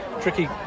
tricky